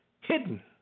hidden